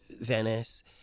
Venice